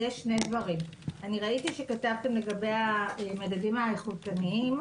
אני ראיתי שכתבתם לגבי המדדים האיכותניים,